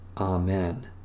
Amen